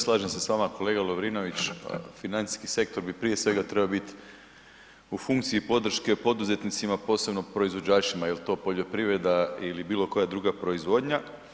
Slažem se s vama kolega Lovrinović, financijski sektor bi prije svega trebao biti u funkciji podrške poduzetnicima posebno proizvođačima je li to poljoprivreda ili bilo koja druga proizvodnja.